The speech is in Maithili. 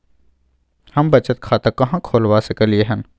हम बचत खाता कहाॅं खोलवा सकलिये हन?